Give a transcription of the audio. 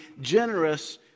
generous